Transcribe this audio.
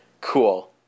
Cool